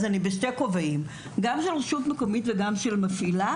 אז אני בשני כובעים - גם של רשות מקומית וגם של מפעילה